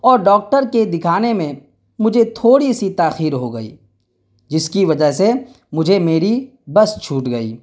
اور ڈاکٹر کے دکھانے میں مجھے تھوڑی سی تاخیر ہو گئی جس کی وجہ سے مجھے میری بس چھوٹ گئی